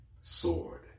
sword